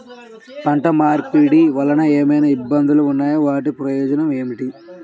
పంట మార్పిడి వలన ఏమయినా ఇబ్బందులు ఉన్నాయా వాటి ప్రయోజనం ఏంటి?